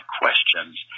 Questions